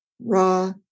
raw